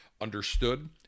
understood